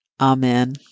Amen